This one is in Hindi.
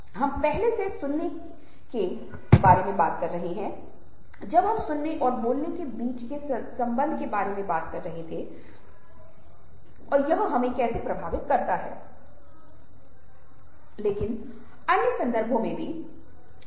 फ्रांसीसी लोग भावुक होते हैं ग्रामीण आपकी व्यक्तिगत जानकारी के बारे में बहुत जिज्ञासु होते हैं शहर के लोग दूर होते हैं और लोगों के साथ बात करने का महसूस नहीं करते हैं जहा भारत में विभिन्न संस्कृतियों के साथ अलग अलग विविधताएं हैं